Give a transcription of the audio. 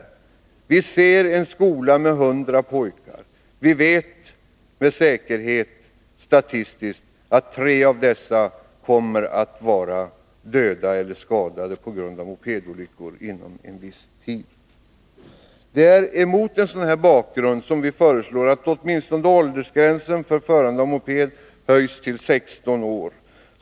Vi ser en skola med 100 pojkar. Vi vet med säkerhet statistiskt att tre av dessa kommer att vara döda eller skadade inom en viss tid på grund av mopedolyckor. Det är mot en sådan bakgrund vi föreslår att åtminstone åldersgränsen för förande av moped höjs till 16 år.